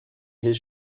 his